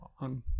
on